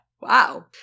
Wow